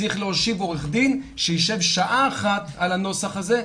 צריך להושיב עורך דין שישב שעה אחת על הנוסח הזה,